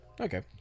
Okay